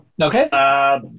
Okay